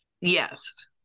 Yes